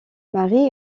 marie